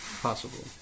possible